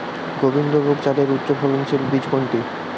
গোবিন্দভোগ চালের উচ্চফলনশীল বীজ কোনটি?